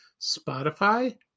Spotify